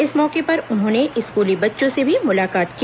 इस मौके पर उन्होंने स्कूली बच्चों से भी मुलाकात की